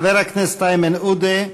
חבר הכנסת איימן עודה,